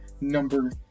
number